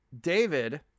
david